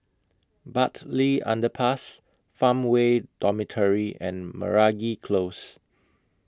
Bartley Underpass Farmway Dormitory and Meragi Close